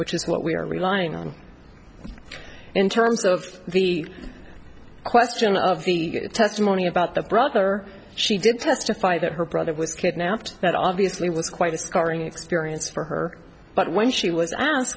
which is what we are relying on in terms of the question of the testimony about the brother she did testify that her brother was kidnapped that obviously was quite a scarring experience for her but when she w